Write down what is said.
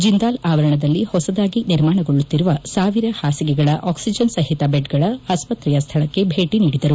ಜಿಂದಾಲ್ ಆವರಣದಲ್ಲಿ ಹೊಸದಾಗಿ ನಿರ್ಮಾಣಗೊಳ್ಳುತ್ತಿರುವ ಸಾವಿರ ಹಾಸಿಗೆಗಳ ಆಕ್ಸಿಜನ್ಸಹಿತ ಬೆಡ್ಗಳ ಆಸ್ವತ್ರೆಯ ಸ್ವಳಕ್ಕೆ ಭೇಟಿ ನೀಡಿದರು